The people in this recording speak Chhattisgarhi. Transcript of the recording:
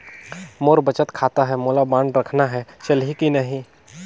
मोर बचत खाता है मोला बांड रखना है चलही की नहीं?